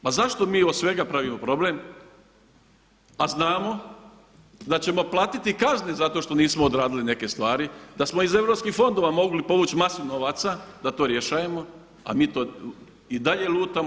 Pa zašto mi od svega pravimo problem, a znamo da ćemo platiti kazne zato što nismo odradili neke stvari, da smo iz europskih fondova mogli povuć masu novaca da to rješavamo, a mi i dalje lutamo.